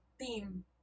theme